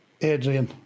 Adrian